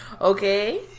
okay